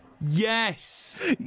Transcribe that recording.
Yes